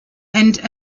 and